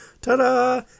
Ta-da